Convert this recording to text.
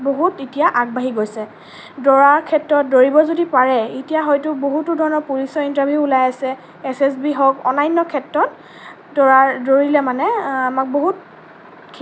বহুত এতিয়া আগবাঢ়ি গৈছে দৌৰাৰ ক্ষেত্ৰত দৌৰিব যদি পাৰে এতিয়া হয়তো বহুতো ধৰণৰ পুলিচৰ ইণ্টাৰ্ভিউ ওলাই আছে এছ এছ বি হওঁক অন্য়ান্য ক্ষেত্ৰত দৌৰাৰ দৌৰিলে মানে আমাক বহুত